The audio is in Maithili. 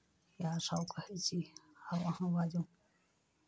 इएहसभ कहै छी आब अहाँ बाजू